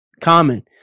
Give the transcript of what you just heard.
common